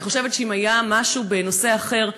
אני חושבת שאם היה משהו בנושא אחר,